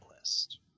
list